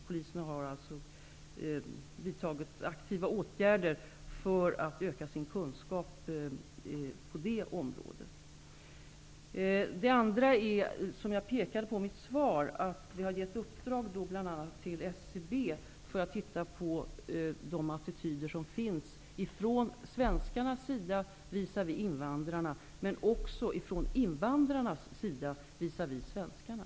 Polisen har alltså vidtagit aktiva åtgärder för att öka sin kunskap på det området. Som jag sade i mitt svar har vi bl.a. gett uppdrag till SCB för att undersöka svenskarnas attityder visavi invandrarna och invandrarnas attityder visavi svenskarna.